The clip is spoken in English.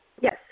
Yes